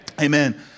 amen